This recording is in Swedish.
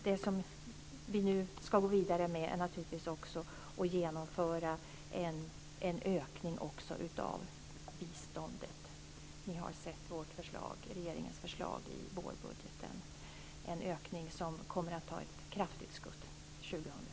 Det som vi nu ska gå vidare med är naturligtvis också att genomföra en ökning av biståndet. Ni har sett regeringens förslag i vårbudgeten. Det är en ökning som kommer att ta ett kraftigt skutt 2003.